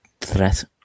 threat